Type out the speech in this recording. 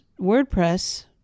WordPress